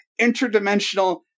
interdimensional